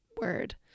word